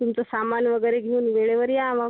तुमचं सामान वगैरे घेऊन वेळेवर या मग